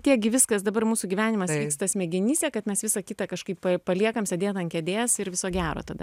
tiek gi viskas dabar mūsų gyvenimas vyksta smegenyse kad mes visa kita kažkaip paliekam sėdėt ant kėdės ir viso gero tave